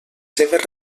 seves